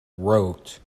wrote